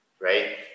right